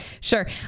Sure